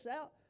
out